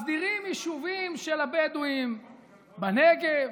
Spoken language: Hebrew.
מסדירים יישובים של הבדואים בנגב,